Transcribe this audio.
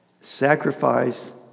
Sacrifice